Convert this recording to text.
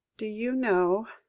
do you know,